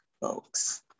folks